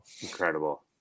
incredible